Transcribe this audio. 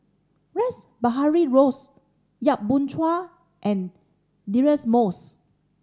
Rash Behari Bose Yap Boon Chuan and Deirdre Moss